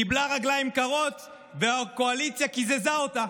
קיבלה רגליים קרות והקואליציה קיזזה אותה.